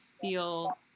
feel